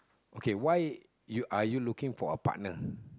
okay why you are you looking for a partner